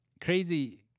crazy